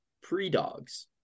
pre-dogs